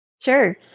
Sure